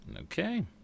Okay